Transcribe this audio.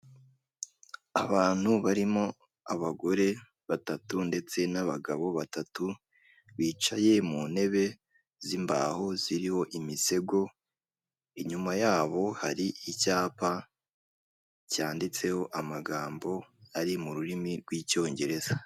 Abantu barimo abagore batatu ndetse n'abagabo batatu bicaye mu ntebe z'imbaho ziriho imisego, inyuma y'abo hari icyapa cyanditseho amagambo ari mu rurimi rw'icyongereza.